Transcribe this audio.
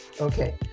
Okay